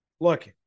look